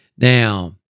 Now